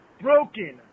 broken